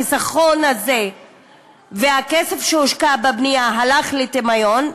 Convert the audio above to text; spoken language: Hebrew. החיסכון הזה והכסף שהושקע בבנייה הלך לטמיון,